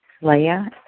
Leah